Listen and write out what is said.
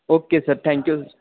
okay sir thank you